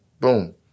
boom